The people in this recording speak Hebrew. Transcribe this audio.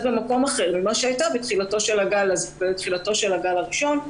במקום אחר מאשר הייתה בתחילתו של הגל הראשון.